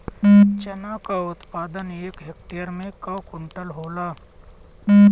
चना क उत्पादन एक हेक्टेयर में कव क्विंटल होला?